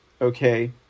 okay